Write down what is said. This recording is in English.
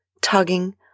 tugging